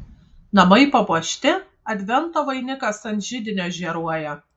namai papuošti advento vainikas ant židinio žėruoja